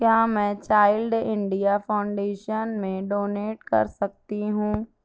کیا میں child India foundation میں ڈونیٹ کرسکتی ہوں